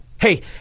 hey